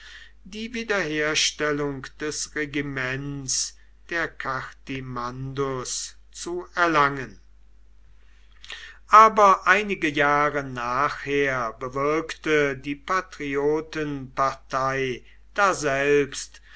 die wiederherstellung des regiments der cartimandus zu erlangen aber einige jahre nachher bewirkte die patriotenpartei daselbst